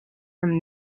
from